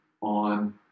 on